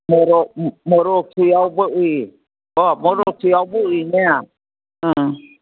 ꯃꯣꯔꯣꯛꯁꯨ ꯌꯥꯎꯕ ꯎꯏ ꯑꯣ ꯃꯣꯔꯣꯛꯁꯨ ꯌꯥꯎꯕ ꯎꯏꯅꯦ ꯑꯥ